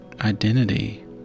identity